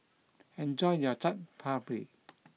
enjoy your Chaat Papri